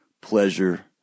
pleasure